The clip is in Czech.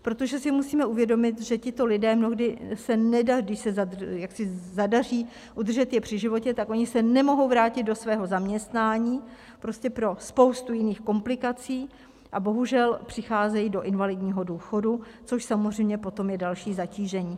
Protože si musíme uvědomit, že tito lidé mnohdy, když se zadaří udržet je při životě, tak oni se nemohou vrátit do svého zaměstnání pro spoustu jiných komplikací a bohužel přicházejí do invalidního důchodu, což samozřejmě potom je další zatížení.